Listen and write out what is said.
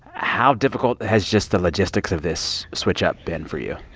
how difficult has just the logistics of this switch-up been for you?